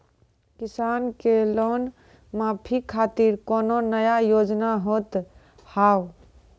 किसान के लोन माफी खातिर कोनो नया योजना होत हाव?